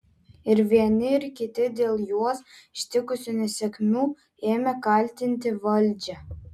ir vieni ir kiti dėl juos ištikusių nesėkmių ėmė kaltinti valdžią